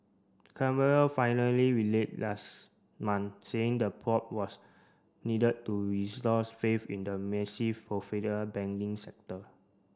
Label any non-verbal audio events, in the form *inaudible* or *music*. Canberra finally relate last month saying the probe was needed to restore faith in the massive *unintelligible* banking sector